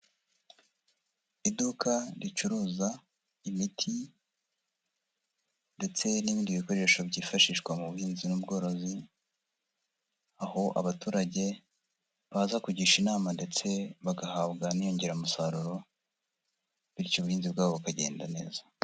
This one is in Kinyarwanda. Iduka ricuruza imiti ndetse n'ibindi bikoresho byifashishwa mu buhinzi n'ubworozi, aho abaturage baza kugisha inama ndetse bagahabwa n'inyongeramusaruro bityo ubuhinzi bwabo bukagenda neza.